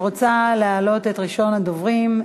אני רוצה להעלות את ראשון הדוברים,